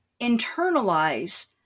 internalize